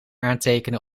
aantekenen